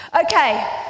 okay